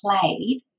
played